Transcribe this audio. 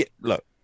look